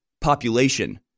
population